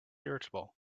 irritable